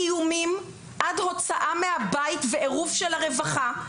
איומים עד הוצאה מהבית ועירוב של הרווחה.